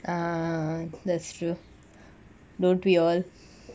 ah that's true don't we all